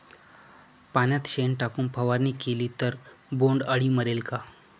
पाण्यात शेण टाकून फवारणी केली तर बोंडअळी मरेल का?